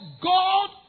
God